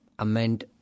amend